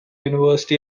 university